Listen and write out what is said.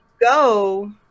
go